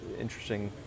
interesting